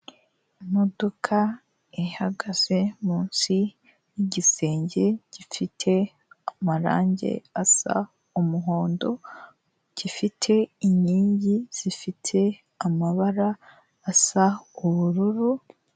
Imodoka ihagaze munsi y'igisenge gifite amarangi asa umuhondo, gifite inkingi zifite amabara asa ubururu.